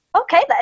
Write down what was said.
okay